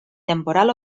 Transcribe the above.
temporal